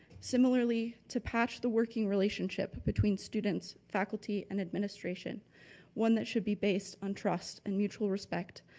similarly, to patch the working relationship between students, faculty and administration one that should be based on trust and mutual respect,